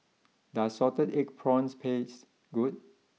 does Salted Egg Prawns taste good